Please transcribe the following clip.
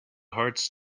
hearts